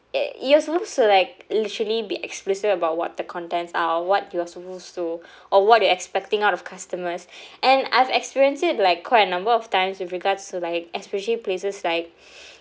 uh you're supposed to like literally be explicit about what the contents are what you're supposed to or what you're expecting out of customers and I've experienced it like quite a number of times with regards to like especially places like